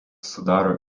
sudaro